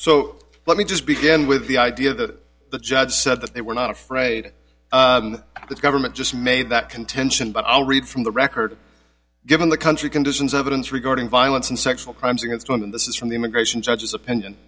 so let me just begin with the idea that the judge said that they were not afraid the government just made that contention but i'll read from the record given the country conditions evidence regarding violence and sexual crimes against women this is from the immigration judge's opinion